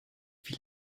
wie